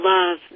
Love